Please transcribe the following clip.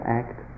act